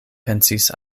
pensis